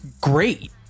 great